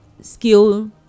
skill